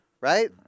Right